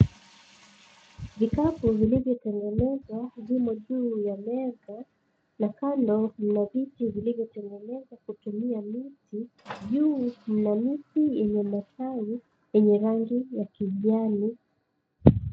Vikapu vilivyo tengenezwa vimo juu ya meza na kando mna viti vilivyo tengenezwa kutumia miti, juu mna miti yenye matawi yenye rangi ya kijani.